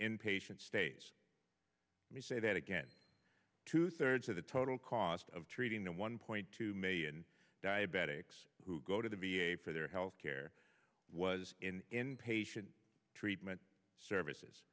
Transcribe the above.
inpatient stays me say that again two thirds of the total cost of treating the one point two million diabetics who go to the v a for their health care was in inpatient treatment services